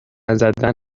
نزدن